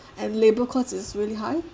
and labour costs is really high